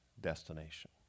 destination